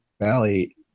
Valley